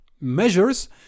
measures